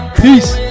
Peace